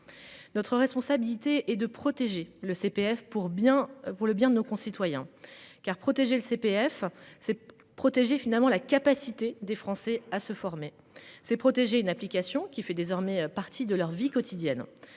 Notre responsabilité est de protéger le CPF pour bien, pour le bien de nos concitoyens. Car protéger le CPF c'est protéger finalement la capacité des Français à se former ses protégés une application qui fait désormais partie de leur vie quotidienne,